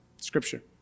Scripture